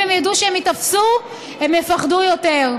אם הם ידעו שהם ייתפסו, הם יפחדו יותר.